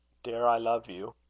dare i love you?